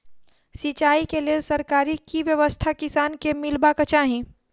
सिंचाई केँ लेल सरकारी की व्यवस्था किसान केँ मीलबाक चाहि?